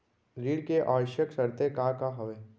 ऋण के आवश्यक शर्तें का का हवे?